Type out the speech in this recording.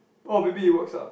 oh maybe it works uh